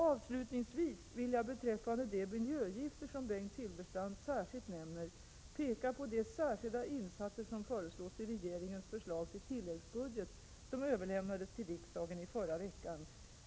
Avslutningsvis vill jag beträffande de miljögifter som Bengt Silfverstrand särskilt nämner peka på de särskilda insatser som föreslås i regeringens förslag till tilläggsbudget som överlämnades till riksdagen i förra veckan.